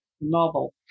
novel